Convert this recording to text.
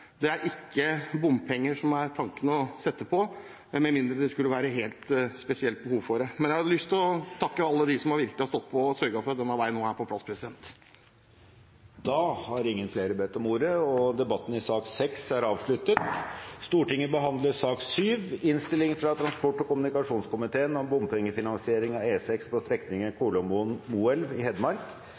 at tanken ikke er å kreve inn bompenger her, med mindre det skulle være et helt spesielt behov for det. Jeg har lyst å takke alle dem som virkelig har stått på og sørget for at denne veien nå er på plass. Flere har ikke bedt om ordet til sak nr. 6. Etter ønske fra transport- og kommunikasjonskomiteen vil presidenten foreslå at taletiden blir begrenset til 5 minutter til hver partigruppe og 5 minutter til medlem av